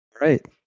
right